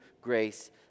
grace